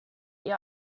ihr